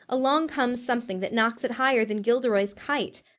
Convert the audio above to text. along comes something that knocks it higher than gilderoy's kite.